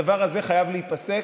הדבר הזה חייב להיפסק.